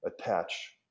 attach